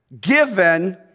given